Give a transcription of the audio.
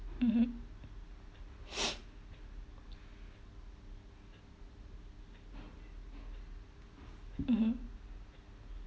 mmhmm mmhmm